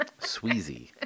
Sweezy